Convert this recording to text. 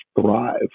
thrive